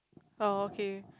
oh okay